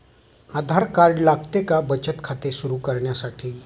आधार card लागते का बचत खाते सुरू करण्यासाठी?